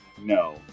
No